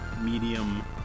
medium